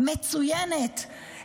מצוינת,